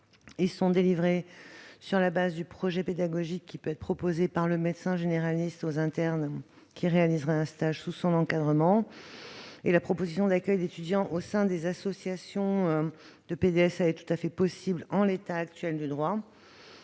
Ils sont délivrés sur la base du projet pédagogique qui peut être proposé par le médecin généraliste aux internes qui réaliseraient un stage sous son encadrement. La proposition d'accueil d'étudiants au sein des associations de PDSA est tout à fait possible en l'état actuel du droit.